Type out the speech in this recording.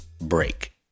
break